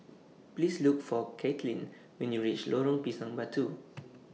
Please Look For Kaitlynn when YOU REACH Lorong Pisang Batu